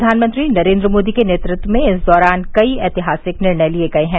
प्रधानमंत्री नरेन्द्र मोदी के नेतृत्व में इस दौरान कई ऐतिहासिक निर्णय लिये गये हैं